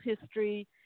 history